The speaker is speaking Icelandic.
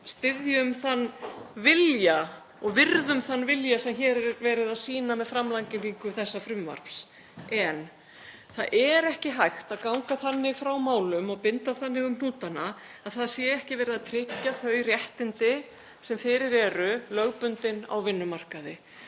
styðjum þann vilja og virðum þann vilja sem hér er verið að sýna með framlagningu þessa frumvarps. En það er ekki hægt að ganga þannig frá málum og binda þannig um hnúta að það sé ekki verið að tryggja þau réttindi sem fyrir eru lögbundin á vinnumarkaði.